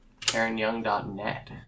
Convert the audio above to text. KarenYoung.net